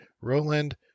Roland